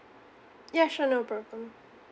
ya sure no problem